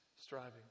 striving